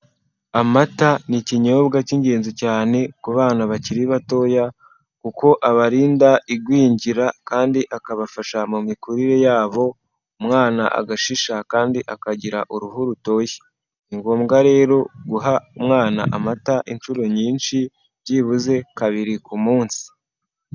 Amata ni ikinyobwa cy'ingenzi cyane ku bana bakiri batoya kuko abarinda igwingira kandi akabafasha mu mikurire yabo, umwana agashisha kandi akagira uruhu rutoshye, ni ngombwa rero guha umwana amata inshuro nyinshi byibuze kabiri ku munsi.